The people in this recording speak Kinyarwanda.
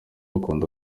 akunda